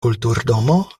kulturdomo